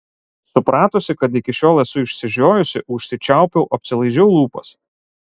supratusi kad iki šiol esu išsižiojusi užsičiaupiau apsilaižiau lūpas